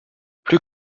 plus